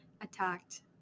attacked